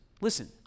Listen